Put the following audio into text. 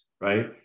Right